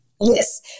Yes